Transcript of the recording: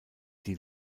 die